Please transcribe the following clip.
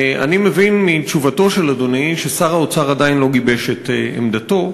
אני מבין מתשובתו של אדוני ששר האוצר עדיין לא גיבש את עמדתו,